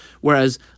Whereas